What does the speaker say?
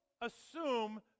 assume